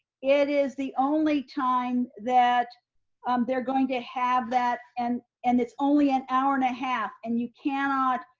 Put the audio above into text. it is the only time that they're going to have that. and and it's only an hour and a half and you cannot,